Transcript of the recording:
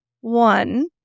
one